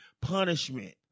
punishment